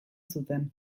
zuten